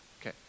Okay